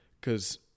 Cause